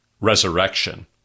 resurrection